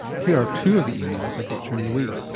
here are two of the emails i got during the week.